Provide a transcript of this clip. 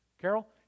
Carol